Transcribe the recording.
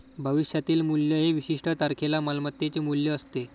भविष्यातील मूल्य हे विशिष्ट तारखेला मालमत्तेचे मूल्य असते